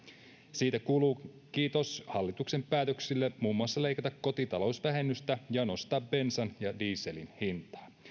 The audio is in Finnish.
siitä kuuluu kiitos hallituksen päätöksille muun muassa leikata kotitalousvähennystä ja nostaa bensan ja dieselin hintaa